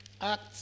Act